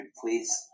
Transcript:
please